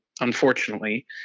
unfortunately